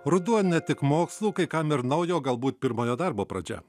ruduo ne tik mokslų kai kam ir naujo galbūt pirmojo darbo pradžia